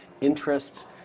interests